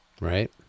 Right